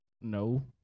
no